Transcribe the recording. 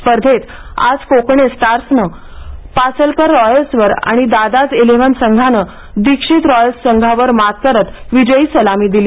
स्पर्धेत आज कोकणे स्टार्स ने पासलकर रॉयल्सवर आणि दादाज इलेव्हन संघाने दीक्षित रॉयल्स संघावर मात करत विजयी सलामी दिली